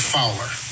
Fowler